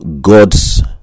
God's